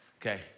okay